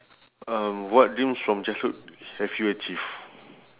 um what dreams from childhood have you achieve